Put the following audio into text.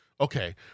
okay